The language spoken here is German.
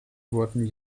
wurden